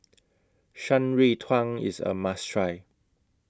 Shan Rui Tang IS A must Try